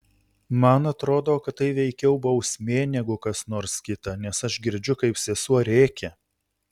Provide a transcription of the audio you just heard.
man atrodo kad tai veikiau bausmė negu kas nors kita nes aš girdžiu kaip sesuo rėkia